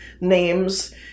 names